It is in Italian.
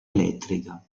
elettrica